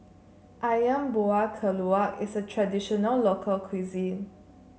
ayam Buah Keluak is a traditional local cuisine